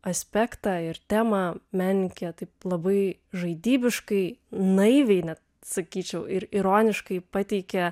aspektą ir temą menininkė taip labai žaidybiškai naiviai net sakyčiau ir ironiškai pateikia